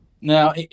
Now